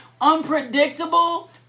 unpredictable